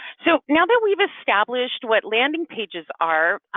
so now that we've established what landing pages are,